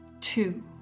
Two